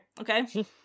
Okay